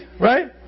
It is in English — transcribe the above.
right